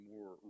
more